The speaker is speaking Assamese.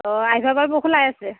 অ' আহিব পাৰিব খোলাই আছে